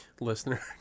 Listener